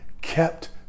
kept